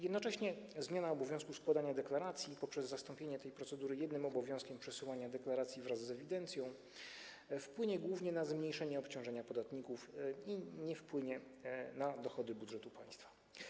Jednocześnie zmiana obowiązku składania deklaracji poprzez zastąpienie tej procedury jednym obowiązkiem przesyłania deklaracji wraz z ewidencją wpłynie głównie na zmniejszenie obciążenia podatników i nie wpłynie na dochody budżetu państwa.